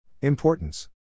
Importance